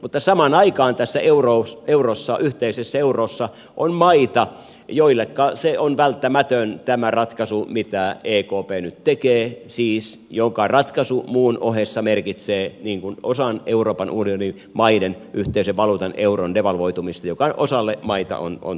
mutta samaan aikaan tässä eurossa yhteisessä eurossa on maita joilleka on välttämätön tämä ratkaisu mitä ekp nyt tekee siis ratkaisu joka muun ohessa merkitsee osalle euroopan unionin maista yhteisen valuutan euron devalvoitumista joka on osalle maita tavattoman tärkeää